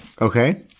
Okay